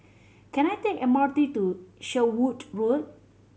can I take the M R T to Sherwood Road